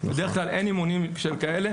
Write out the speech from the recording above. בדרך כלל אין אימונים כאלה,